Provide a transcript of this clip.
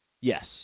Yes